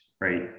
right